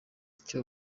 cyo